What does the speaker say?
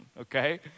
okay